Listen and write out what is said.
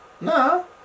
No